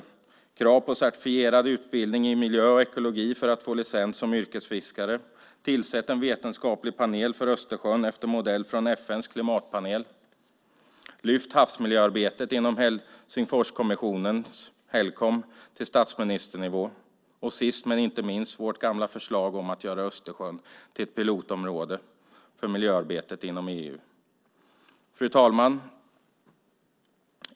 Det handlar om krav på certifierad utbildning i miljö och ekologi för att få licens som yrkesfiskare, om att tillsätta en vetenskaplig panel för Östersjön efter modell från FN:s klimatpanel, om att lyfta upp havsmiljöarbetet inom Helsingforskommissionen, Helcom, till statsministernivå och sist men inte minst om vårt gamla förslag om att göra Östersjön till ett pilotområde för miljöarbetet inom EU. Fru talman!